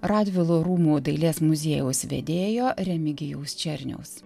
radvilų rūmų dailės muziejaus vedėjo remigijaus černiaus